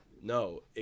No